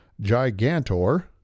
Gigantor